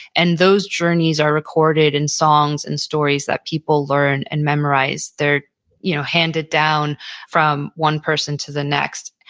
and those journeys are recorded in songs and stories that people learn and memorize. they're you know handed down from one person to the next.